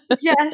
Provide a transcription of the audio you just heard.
Yes